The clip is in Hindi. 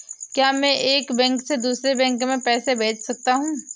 क्या मैं एक बैंक से दूसरे बैंक में पैसे भेज सकता हूँ?